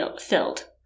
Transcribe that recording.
filled